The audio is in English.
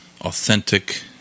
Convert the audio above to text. authentic